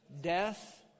death